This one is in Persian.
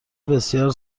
بسیار